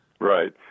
Right